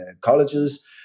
colleges